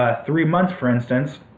ah three month for instance.